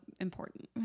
important